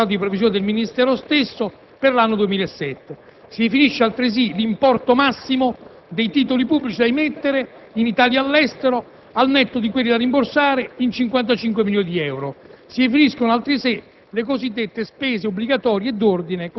i fondi iscritti nello stato di previsione del Ministero stesso per l'anno 2007. Si definisce altresì l'importo massimo dei titoli pubblici da emettere in Italia e all'estero, al netto di quelli da rimborsare, in 55 milioni di euro. Si definiscono inoltre